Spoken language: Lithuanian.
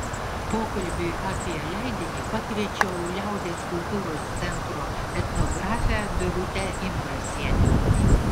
pokalbiui apie leidinį pakviečiau liaudies kultūros centro etnografę birutę imbrasienę